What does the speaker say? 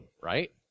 right